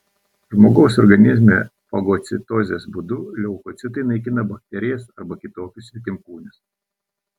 žmogaus organizme fagocitozės būdu leukocitai naikina bakterijas arba kitokius svetimkūnius